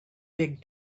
big